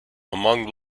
among